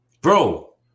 Bro